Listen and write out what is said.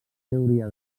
teoria